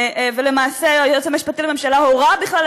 ולמעשה היועץ המשפטי לממשלה בכלל הורה